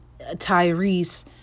Tyrese